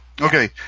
Okay